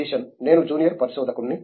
జీషన్ నేను జూనియర్ పరిశోధకుడిని